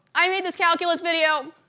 i made this calculus video,